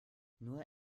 nur